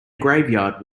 graveyard